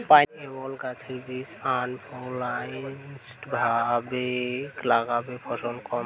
pineapple গাছের বীজ unorganised ভাবে লাগালে ফলন কম হয়